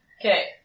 Okay